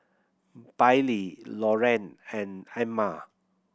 Bailee Loran and Amma